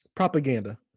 propaganda